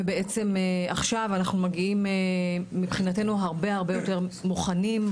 ובעצם עכשיו אנחנו מגיעים מבחינתנו הרבה יותר מוכנים,